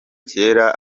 kera